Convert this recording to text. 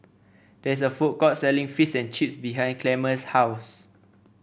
there is a food court selling Fish and Chips behind Clemma's house